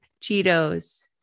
Cheetos